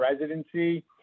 residency